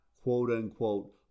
quote-unquote